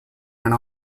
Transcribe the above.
went